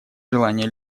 желание